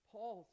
Paul